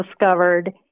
discovered